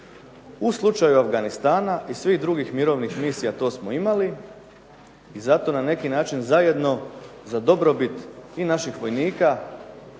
U slučaju Afganistana i svih drugih mirovnih misija to smo imali i zato na neki način zajedno za dobrobit i naših vojnika